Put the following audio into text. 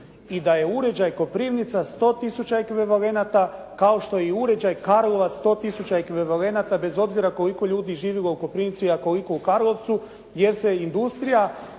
i da je uređaj Koprivnica 100000 ekvivalenata kao što je i uređaj Karlovac 100000 ekvivalenata bez obzira koliko ljudi živjelo u Koprivnici, a koliko u Karlovcu, jer se industrija